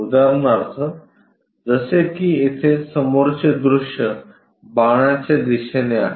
उदाहरणार्थ जसे की येथे समोरचे दृश्य बाणाच्या दिशेने आहे